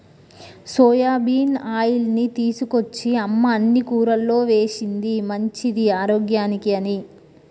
soybean ఆయిల్ని తీసుకొచ్చి అమ్మ అన్ని కూరల్లో వేశింది మంచిది ఆరోగ్యానికి అని